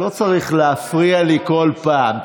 אתה לא צריך להפריע לי כל פעם.